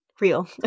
Real